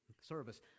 service